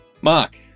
Mark